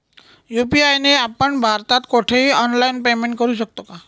UPI ने आपण भारतात कुठेही ऑनलाईन पेमेंट करु शकतो का?